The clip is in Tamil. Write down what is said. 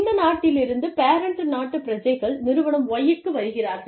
இந்த நாட்டிலிருந்து பேரண்ட் நாட்டுப் பிரஜைகள் நிறுவனம் Y க்கு வருகிறார்கள்